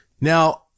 Now